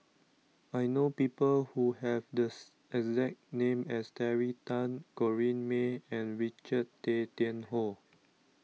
I know people who have the exact name as Terry Tan Corrinne May and Richard Tay Tian Hoe